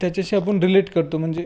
त्याच्याशी आपण रिलेट करतो म्हणजे